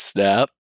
Snap